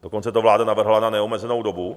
Dokonce to vláda navrhla na neomezenou dobu.